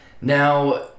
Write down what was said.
Now